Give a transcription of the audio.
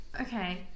Okay